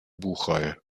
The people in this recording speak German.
buchreihe